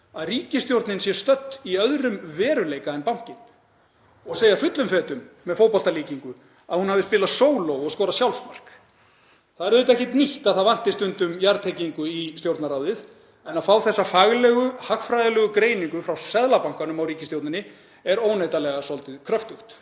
að ríkisstjórnin sé stödd í öðrum veruleika en bankinn og segja fullum fetum með fótboltalíkingu að hún hafi spilað sóló og skorað sjálfsmark. Það er auðvitað ekkert nýtt að það vanti stundum jarðtengingu í Stjórnarráðið en að fá þessa faglegu hagfræðilegu greiningu frá Seðlabankanum á ríkisstjórninni er óneitanlega svolítið kröftugt.